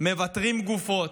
מבתרים גופות,